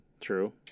True